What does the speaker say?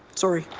sorry.